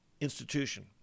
institution